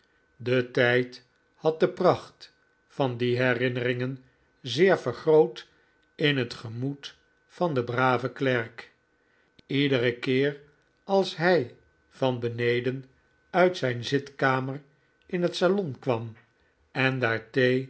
de tijd had de pracht van die herinneringen zeer vergroot in het gemoed van den braven klerk iederen keer als hij van beneden uit zijn zitkamer in het salon kwam